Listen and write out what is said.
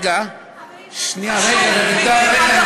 אבל מה אם לנו